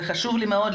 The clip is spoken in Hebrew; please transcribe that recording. וחשוב לי מאוד,